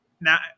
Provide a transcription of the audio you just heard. Now